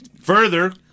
Further